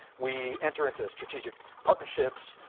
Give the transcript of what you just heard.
we enter into strategic partnerships,